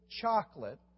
chocolate